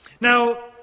Now